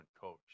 coach